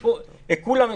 גדולה.